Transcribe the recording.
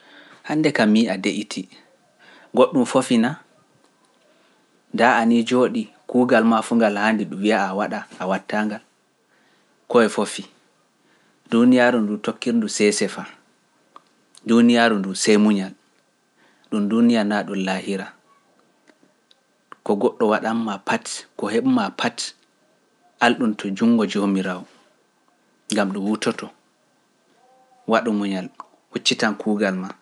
Hannde kam mi yi'ii a de"iti goɗɗum fofi na? Ndaa a nii jooɗii kuugal maa fuu ngal haandi ɗum wi'a a waɗa a wattaa-ngal koye fofii. Duuniyaaru nduu tokkirdu seese fa, duuniyaaru nduu sey muñal, ɗum duuniya naa ɗum laahira, ko goɗɗo waɗan ma pat ko heɓ ma pat, alɗum to juunngo joomiraawo, ngam ɗum wutoto, waɗu muñal huccitan kuugal maa.